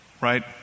right